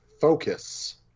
Focus